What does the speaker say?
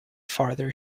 farther